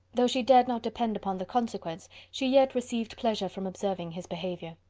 though she dared not depend upon the consequence, she yet received pleasure from observing his behaviour.